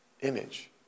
image